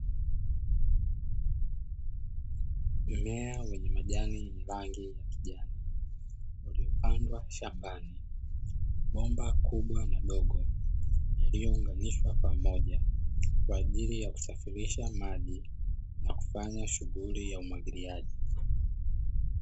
Mimea yenye rangi ya kijani iliyopandwa shambani, bomba kubwa na dogo iliyounganishwa pamoja kwa ajili ya kusafirisha maji na kufanya shughuli ya umwagiliaji.